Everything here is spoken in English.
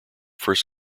first